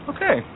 Okay